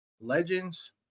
legends